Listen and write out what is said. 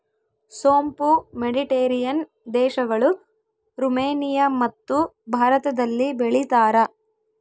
ಸೋಂಪು ಮೆಡಿಟೇರಿಯನ್ ದೇಶಗಳು, ರುಮೇನಿಯಮತ್ತು ಭಾರತದಲ್ಲಿ ಬೆಳೀತಾರ